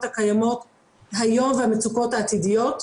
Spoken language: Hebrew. הקיימות היום והמצוקות העתידיות.